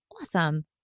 awesome